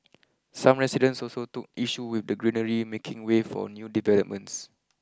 some residents also took issue with the greenery making way for new developments